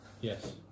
Yes